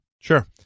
Sure